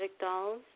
dolls